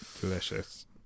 Delicious